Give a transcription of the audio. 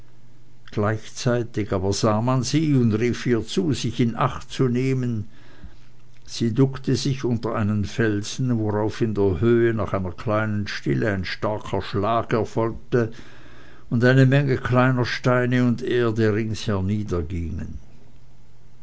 gleichzeitig aber sah man sie und rief ihr zu sich in acht zu nehmen sie duckte sich unter einen felsen worauf in der höhe nach einer kleinen stille ein starker schlag erfolgte und eine menge kleiner steine und erde rings